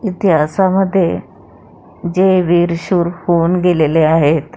इतिहासामध्ये जे वीरशूर होऊन गेलेले आहेत